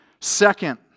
Second